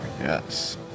yes